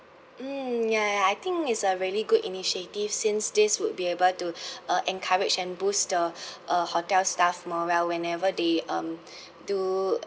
mm ya ya I think is a really good initiative since this would be able to uh encourage and boost the uh hotel staff morale whenever they um do